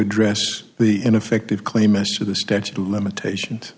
address the ineffective claim issue the statute of limitations